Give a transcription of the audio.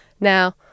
Now